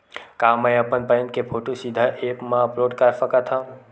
का मैं अपन पैन के फोटू सीधा ऐप मा अपलोड कर सकथव?